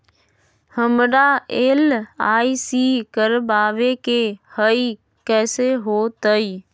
हमरा एल.आई.सी करवावे के हई कैसे होतई?